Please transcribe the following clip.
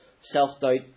self-doubt